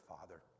father